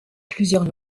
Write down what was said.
plusieurs